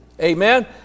Amen